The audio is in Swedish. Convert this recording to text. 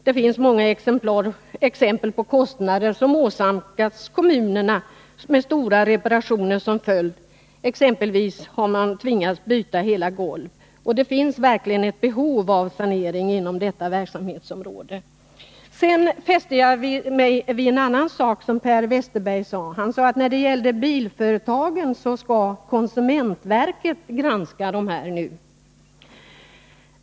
Det finns många fall där kommuner har åsamkats kostnader för stora reparationer, exempelvis till följd av att man tvingats byta hela golv. Det finns verkligen ett behov av sanering inom detta verksamhetsområde. Jag fäste mig vid en annan sak som Per Westerberg anförde. Han sade att bilföretagen skall granskas av konsumentverket.